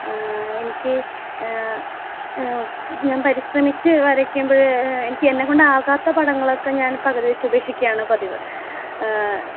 എനിക്ക് ഞാൻ പരിശ്രമിച്ച് വരയ്ക്കുമ്പോഴെ എനിക്ക് എന്നെക്കൊണ്ടാകാത്ത പടങ്ങളൊക്കെ ഞാൻ പകുതിവെച്ച് ഉപേക്ഷിക്കുകയാണ് പതിവ്